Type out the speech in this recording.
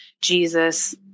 Jesus